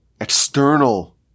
external